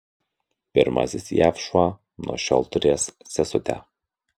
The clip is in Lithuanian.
pirmasis jav šuo nuo šiol turės sesutę